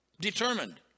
determined